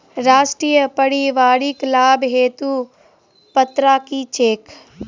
राष्ट्रीय परिवारिक लाभ हेतु पात्रता की छैक